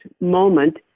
moment